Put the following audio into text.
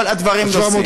כל הדברים נוסעים.